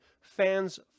fans